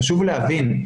חשוב להבין,